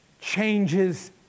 changes